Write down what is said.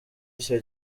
icyo